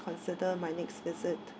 consider my next visit